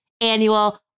annual